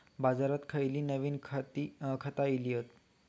बाजारात खयली नवीन खता इली हत?